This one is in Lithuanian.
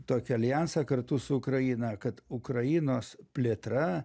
tokį aljansą kartu su ukraina kad ukrainos plėtra